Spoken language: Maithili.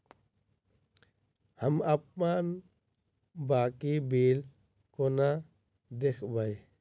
हम अप्पन बाकी बिल कोना देखबै?